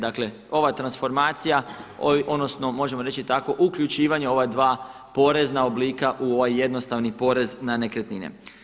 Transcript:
Dakle, ova transformacija odnosno možemo reći tako uključivanje ova dva porezna oblika u ovaj jednostavni porez na nekretnine.